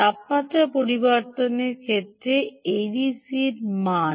তাপমাত্রা পরিবর্তনের ক্ষেত্রে এডিসির মান